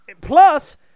Plus